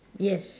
yes